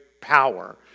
power